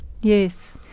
Yes